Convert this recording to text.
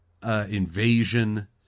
Invasion